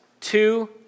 Two